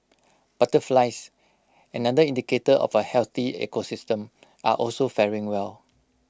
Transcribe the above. butterflies another indicator of A healthy ecosystem are also faring well